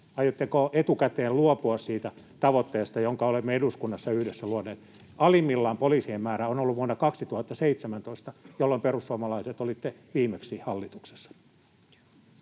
Aiotteko etukäteen luopua siitä tavoitteesta, jonka olemme eduskunnassa yhdessä luoneet? Alimmillaan poliisien määrä on ollut vuonna 2017, jolloin perussuomalaiset olitte viimeksi hallituksessa.